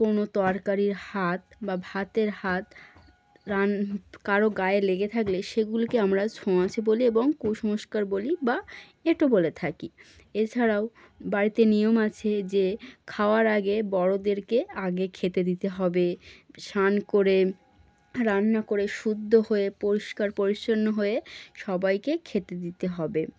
কোনো তরকারির হাত বা ভাতের হাত রান্ কারোর গায়ে লেগে থাকলে সেগুলোকে আমরা ছোঁয়াচে বলি এবং কুসংস্কার বলি বা এঁটো বলে থাকি এছাড়াও বাড়িতে নিয়ম আছে যে খাওয়ার আগে বড়োদেরকে আগে খেতে দিতে হবে স্নান করে রান্না করে শুদ্ধ হয়ে পরিষ্কার পরিচ্ছন্ন হয়ে সবাইকে খেতে দিতে হবে